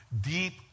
Deep